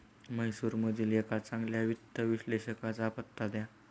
म्हैसूरमधील एका चांगल्या वित्त विश्लेषकाचा पत्ता द्या